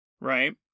right